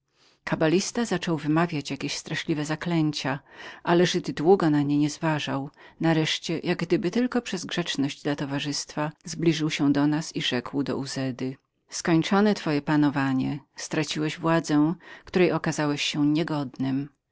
kabalista zaczął wymawiać jakieś straszliwe zaklęcia ale żyd długo na nie niezważał nareszcie jak gdyby przez grzeczność tylko dla towarzystwa zbliżył się do nas i rzekł do uzedy skończone twoje panowanie straciłeś władzę której okazałeś się niegodnym